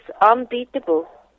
unbeatable